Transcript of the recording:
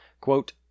Quote